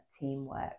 teamwork